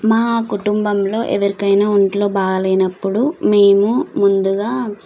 మా కుటుంబంలో ఎవరికైనా ఒంట్లో బాగాలేనప్పుడు మేము ముందుగా